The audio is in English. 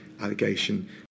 allegation